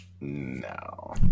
No